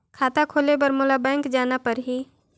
खाता खोले बर मोला बैंक जाना परही?